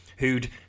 who'd